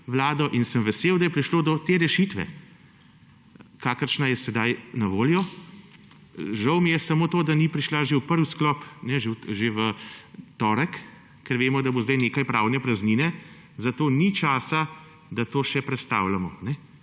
vlado in sem vesel, da je prišlo do te rešitve, kakršna je sedaj na voljo. Žal mi je samo to, da ni prišla že v prvi sklop, že v torek, ker vemo, da bo zdaj nekaj pravne praznine, zato ni časa, da to še prestavljamo,